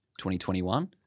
2021